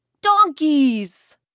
Donkeys